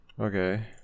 Okay